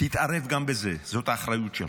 תתערב גם בזה, זאת האחריות שלך.